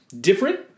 different